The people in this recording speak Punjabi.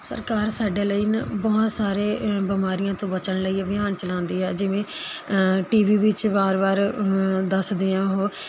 ਸਰਕਾਰ ਸਾਡੇ ਲਈ ਨ ਬਹੁਤ ਸਾਰੇ ਬਿਮਾਰੀਆਂ ਤੋਂ ਬਚਣ ਲਈ ਅਭਿਆਨ ਚਲਾਉਂਦੀ ਹੈ ਜਿਵੇਂ ਟੀ ਵੀ ਵਿੱਚ ਵਾਰ ਵਾਰ ਦੱਸਦੇ ਆ ਉਹ